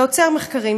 ועוצר מחקרים.